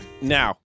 Now